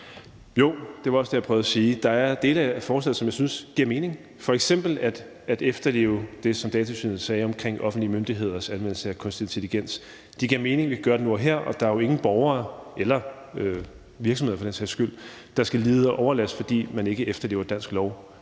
Jo, det var også det, jeg prøvede at sige. Der er dele af forslaget, som jeg synes giver mening, f.eks. at efterleve det, som Datatilsynet sagde omkring offentlige myndigheders anvendelse af kunstig intelligens. Det giver mening, at vi gør det nu og her. Og der er jo ingen borgere eller virksomheder for den sags skyld, der skal lide overlast, fordi man ikke efterlever dansk lov.